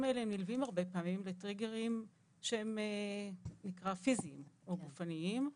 האלה הם נלווים הרבה פעמים בטריגרים שהם נאמר פיזיים או גופניים.